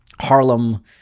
Harlem